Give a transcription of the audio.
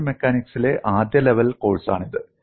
solid മെക്കാനിക്സിലെ ആദ്യ level കോഴ്സാണിത്